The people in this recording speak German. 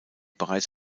bereits